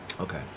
Okay